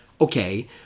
okay